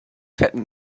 fetten